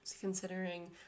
considering